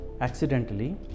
accidentally